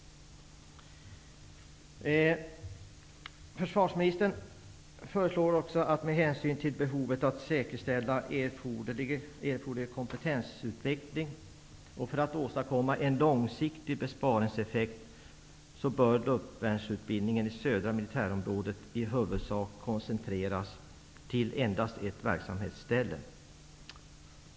Försvarsministern föreslår också att med hänsyn till behovet av att säkerställa erforderlig kompetensutveckling och för att åstadkomma en långsiktig besparingseffekt, bör luftvärnsutbildningen i södra militärområdet i huvudsak koncentreras till endast ett verksamhetställe.